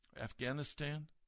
Afghanistan